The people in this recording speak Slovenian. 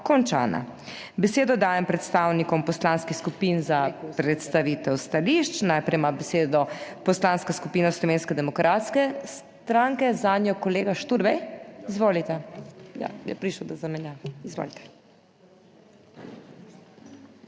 končana. Besedo dajem predstavnikom poslanskih skupin za predstavitev stališč. Najprej ima besedo Poslanska skupina Slovenske demokratske stranke. Zanjo kolega Šturbej? Ja, je prišlo do zamenjave. Izvolite.